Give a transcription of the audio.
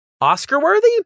Oscar-worthy